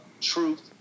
truth